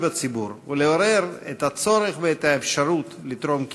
בציבור ולעורר את הצורך ואת האפשרות לתרום כליה.